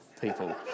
people